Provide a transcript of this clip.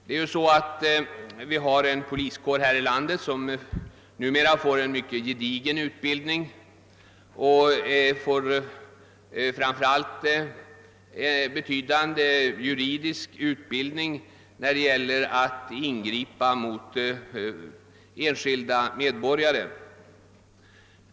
Vi har här i landet en poliskår som numera får en mycket gedigen utbildning, framför allt en betydande juridisk utbildning, vilket är av vikt när det gäller att ingripa mot enskilda medborgare.